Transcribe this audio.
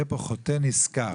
יהיה פה חוטא נשכר,